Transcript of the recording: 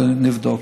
ונבדוק.